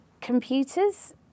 computers